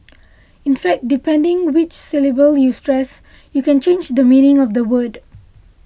in fact depending which syllable you stress you can change the meaning of a word